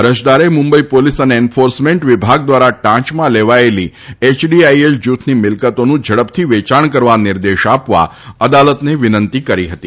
અરજદારે મુંબઈ પોલીસ અને એન્ફોર્સમેન્ટ વિભાગ દ્વારા ટાંચમાં લેવાયેલી એચડીઆઈએલ જૂથની મિલકતોનું ઝડપથી વેયાણ કરવા નિર્દેશ આપવા અદાલતને વિનંતી કરી છે